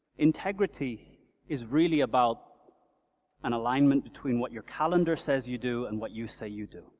integrity is really about an alignment between what your calendar says you do and what you say you do